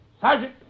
Sergeant